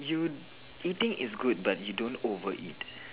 you you think it's good but you don't over it